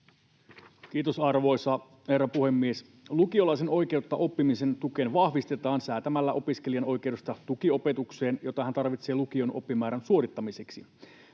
Kiitos, arvoisa herra puhemies! Lukiolaisen oikeutta oppimisen tukeen vahvistetaan säätämällä opiskelijan oikeudesta tukiopetukseen, jota hän tarvitsee lukion oppimäärän suorittamiseksi.